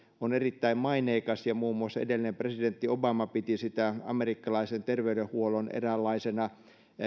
on erittäin maineikas ja muun muassa edellinen presidentti obama piti sitä amerikkalaisen terveydenhuollon eräänlaisena